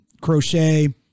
Crochet